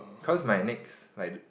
cause my next like do~